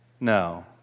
no